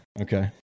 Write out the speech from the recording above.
okay